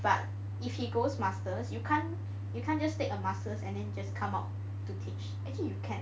but if he goes masters you can't you can't just take a masters and then just come out to teach actually you can